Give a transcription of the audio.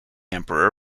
emperor